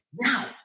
now